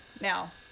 now